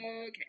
okay